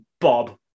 Bob